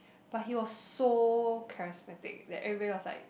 but he was so charismatic that everybody was like